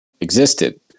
existed